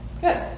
Good